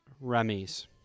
Remy's